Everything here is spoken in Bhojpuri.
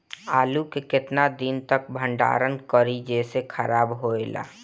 आलू के केतना दिन तक भंडारण करी जेसे खराब होएला?